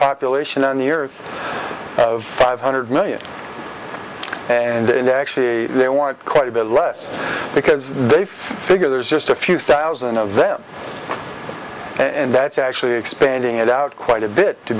population on the earth of five hundred million and then actually they want quite a bit less because they figure there's just a few thousand of them and that's actually expanding it out quite a bit to